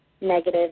negative